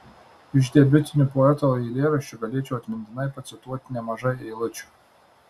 iš debiutinių poeto eilėraščių galėčiau atmintinai pacituoti nemažai eilučių